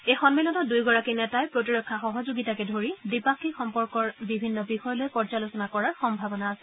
এই সম্মিলনত দুয়োগৰাকী নেতাই প্ৰতিৰক্ষা সহযোগিতাকে ধৰি দ্বি পাক্ষিক সম্পৰ্কৰ বিষয়ে পৰ্যালোচনা কৰাৰ সম্ভাৱনা আছে